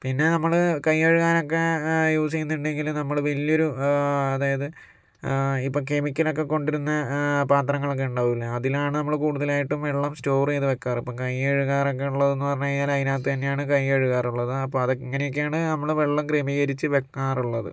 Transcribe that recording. പിന്നെ നമ്മള് കൈ കഴുകാനൊക്കെ യൂസെയ്യുന്നുണ്ടെങ്കിലും നമ്മള് വലിയൊരു അതായത് ഇപ്പോൾ കെമിക്കൽ ഒക്കെ കൊണ്ട് വരുന്ന പാത്രങ്ങളൊക്കെ ഇണ്ടാവൂലേ അതിലാണ് നമ്മള് കൂടുതലായിട്ടും വെള്ളം സ്റ്റോറ് ചെയ്ത് വെക്കാറ് അപ്പോൾ കൈ കഴുകാറ് ഒക്കെ ഉള്ളത് എന്ന് പറഞ്ഞു കഴിഞ്ഞാല് അതിനകത്ത് തന്നെയാണ് കൈ കഴുകാറുള്ളത് അപ്പോൾ അതൊക്കെ ഇങ്ങനെയൊക്കെയാണ് നമ്മള് വെള്ളം ക്രമീകരിച്ചു വയ്ക്കാറുള്ളത്